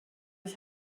ich